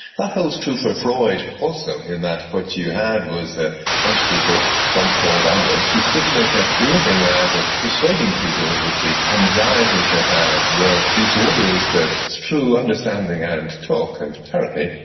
that holds true for freud also in that what you had was a bunch of people from freud onwards who stood to make a living out of persuading people that the anxieties they had were disorders that, through understanding and talk and therapy,